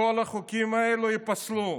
כל החוקים האלה ייפסלו.